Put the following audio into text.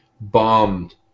Bombed